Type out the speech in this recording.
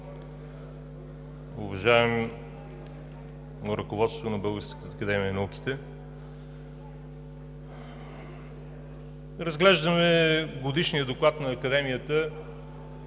Уважаемо ръководство на Българската академия на науките, разглеждаме Годишния доклад на Академията